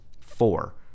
four